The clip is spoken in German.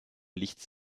lichts